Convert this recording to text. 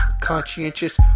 conscientious